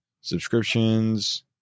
Subscriptions